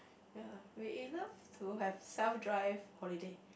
ya we love to have self drive holiday